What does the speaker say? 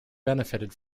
benefited